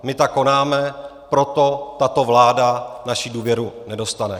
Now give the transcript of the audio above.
My tak konáme, proto tato vláda naši důvěru nedostane.